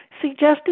suggested